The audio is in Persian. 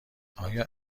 آیا